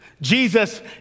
Jesus